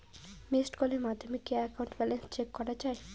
Missed কলের মাধ্যমে কি একাউন্ট ব্যালেন্স চেক করা যায়?